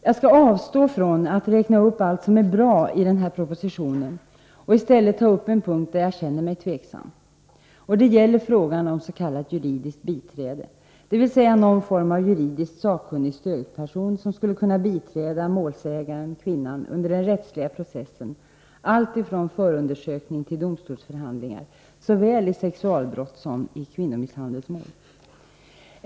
Jag skall avstå från att räkna upp allt som är bra i propositionen och i stället ta upp en punkt där jag känner mig tveksam. Det gäller frågan om s.k. juridiskt biträde, dvs. någon form av juridiskt sakkunnig stödperson som skulle kunna biträda målsägaren/kvinnan under den rättsliga processen, alltifrån förundersökning till domstolsförhandling såväl i sexualbrottssom kvinnomisshandelsmål.